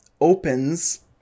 opens